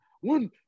one